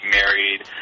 married